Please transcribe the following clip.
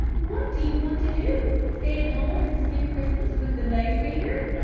what do you want to do. stay at home and spend christmas with the lay reader?